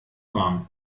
warm